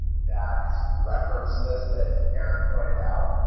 that reference list that erin pointed out